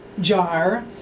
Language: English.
jar